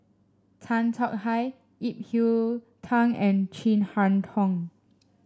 Tan Tong Hye Ip Yiu Tung and Chin Harn Tong